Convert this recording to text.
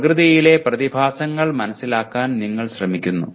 പ്രകൃതിയിലെ പ്രതിഭാസങ്ങൾ മനസ്സിലാക്കാൻ നിങ്ങൾ ശ്രമിക്കുന്നു